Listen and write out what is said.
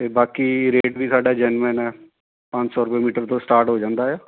ਅਤੇ ਬਾਕੀ ਰੇਟ ਵੀ ਸਾਡਾ ਜੈਨੁਅਨ ਹੈ ਪੰਜ ਸੌ ਰੁਪਏ ਮੀਟਰ ਤੋਂ ਸਟਾਰਟ ਹੋ ਜਾਂਦਾ ਆ